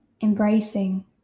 embracing